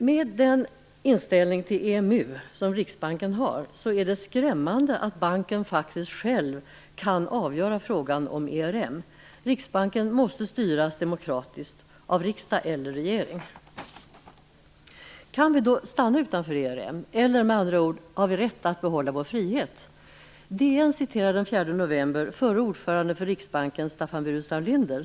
Med den inställning till EMU som riksbanken har är det skrämmande att banken faktiskt själv kan avgöra frågan om ERM. Riksbanken måste styras demokratiskt av riksdag eller regering. Kan vi då stanna utanför ERM? Eller, med andra ord, har vi rätt att behålla vår frihet? DN citerade den 4 november den förre ordföranden för Riksbanken, Staffan Burenstam Linder.